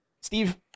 Steve